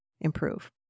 improve